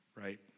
right